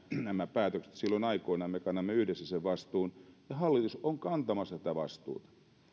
nämä päätökset silloin aikoinaan me kannamme yhdessä sen vastuun ja hallitus on kantamassa tätä vastuuta